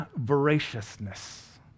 voraciousness